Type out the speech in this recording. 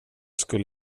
skulle